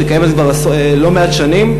שקיימת כבר לא מעט שנים,